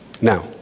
now